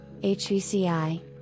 HVCI